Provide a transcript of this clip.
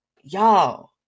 y'all